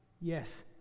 yes